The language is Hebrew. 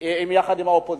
יחד עם האופוזיציה,